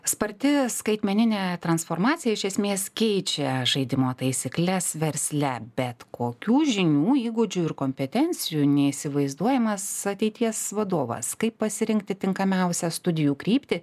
sparti skaitmeninė transformacija iš esmės keičia žaidimo taisykles versle bet kokių žinių įgūdžių ir kompetencijų neįsivaizduojamas ateities vadovas kaip pasirinkti tinkamiausią studijų kryptį